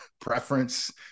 preference